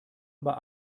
aber